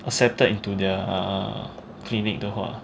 accepted into the clinic 的话